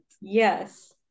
Yes